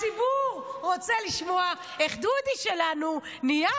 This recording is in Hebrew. הציבור רוצה לשמוע איך דודי שלנו נהיה